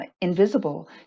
invisible